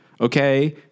okay